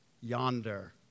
yonder